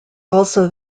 also